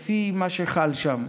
לפי מה שחל שם.